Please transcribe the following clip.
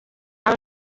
aba